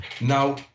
now